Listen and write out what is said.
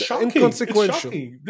inconsequential